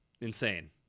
Insane